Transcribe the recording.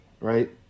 right